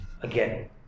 again